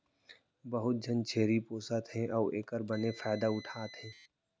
बहुत झन छेरी पोसत हें अउ एकर बने फायदा उठा थें